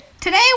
Today